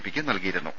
പിക്ക് നൽകിയിരു ന്നു